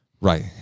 Right